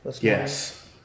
Yes